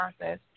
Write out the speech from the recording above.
process